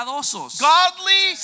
Godly